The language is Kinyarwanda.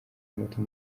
moto